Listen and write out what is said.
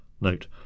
Note